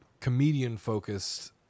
comedian-focused